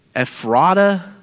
Ephrata